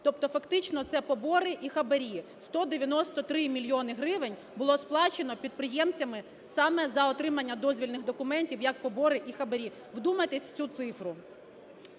Тобто фактично це побори і хабарі. 193 мільйони гривень було сплачено підприємцями саме за отримання дозвільних документів як побори і хабарі. Вдумайтесь в цю цифру.